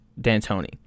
Dantoni